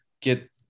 get